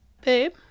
Babe